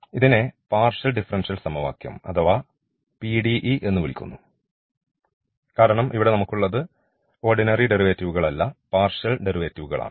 അതിനാൽ ഇതിനെ partial differential സമവാക്യം അഥവാ പിഡിഇ എന്ന് വിളിക്കുന്നു കാരണം ഇവിടെ നമുക്കുള്ളത് ഓർഡിനറി ഡെറിവേറ്റീവുകൾ അല്ല പാർഷ്യൽ ഡെറിവേറ്റീവുകൾ ആണ്